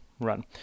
run